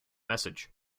message